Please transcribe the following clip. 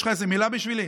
יש לך איזו מילה בשבילי?